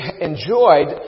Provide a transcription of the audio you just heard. enjoyed